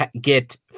get